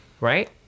right